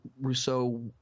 Rousseau